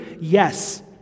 yes